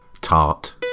Tart